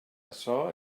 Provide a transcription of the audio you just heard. açò